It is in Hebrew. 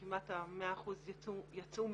כמעט ה-100% יצאו מזנות,